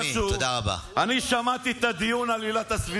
אני מקווה שהוא מימן להם מחלקה ראשונה,